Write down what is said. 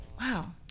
Wow